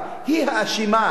היא האשמה,